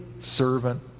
servant